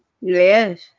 Yes